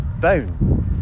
bone